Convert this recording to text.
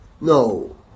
no